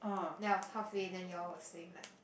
then of halfway you all were saying like